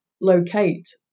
locate